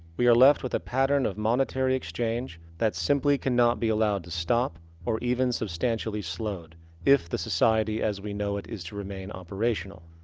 we are left with a pattern of monetary exchange that simply cannot be allowed to stop or even substantially slowed if the society as we know it is to remain operational.